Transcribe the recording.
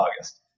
August